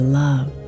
love